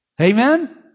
Amen